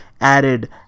added